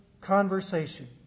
conversation